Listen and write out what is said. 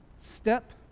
step